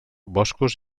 boscos